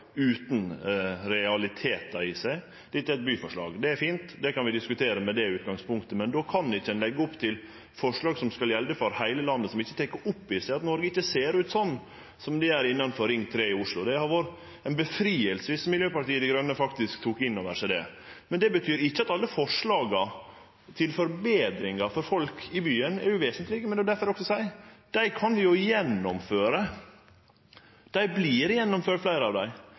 utan realitetar i seg. Dette er eit byforslag – det er fint, det kan vi diskutere med det utgangspunktet. Men då kan ein ikkje leggje opp til forslag som skal gjelde for heile landet som ikkje tek opp i seg at Noreg ikkje ser ut slik som det gjer innanfor Ring 3 i Oslo. Det hadde vore frigjerande dersom Miljøpartiet Dei Grøne tok inn over seg det. Det betyr ikkje at alle forslag om forbetringar for folk i byen er uvesentlege, men det er difor eg seier at dei kan vi gjennomføre. Fleire av dei